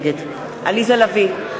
נגד עליזה לביא,